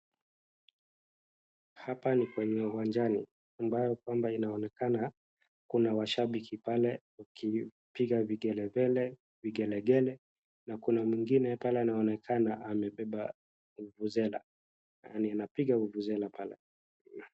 Hapa ni kwenye uwajani ambao kwamba inaonekana kuna washabiki pale ikipiga vingelele na kuna mwingine pale anaonekaana amebeba fufuzela anapiga fufuzela pale.